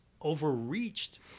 overreached